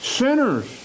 sinners